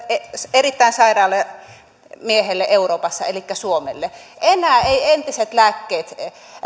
erittäin sairaalle miehelle euroopassa elikkä suomelle enää eivät entiset lääkkeet